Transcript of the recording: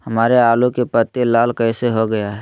हमारे आलू की पत्ती लाल कैसे हो गया है?